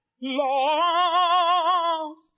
lost